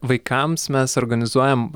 vaikams mes organizuojam